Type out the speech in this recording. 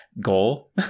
goal